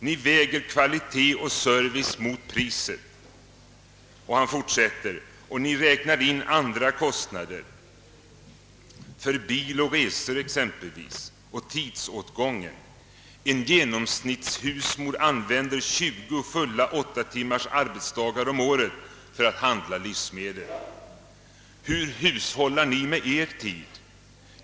Ni väger kvalitet och service mot priset.» Och han fortsätter: »Och ni räknar in andra kostnader, för bil och resor exempelvis, och tidsåtgången. En genomsnittshusmor använder 20 fulla åttatimmars arbetsdagar om året för att handla livsmedel. Hur hushållar ni med er tid?